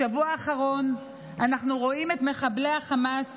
בשבוע האחרון אנחנו רואים את מחבלי החמאס